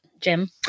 Jim